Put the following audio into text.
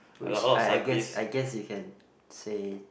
which I I guess I guess you can say